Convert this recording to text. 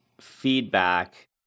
feedback